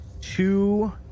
two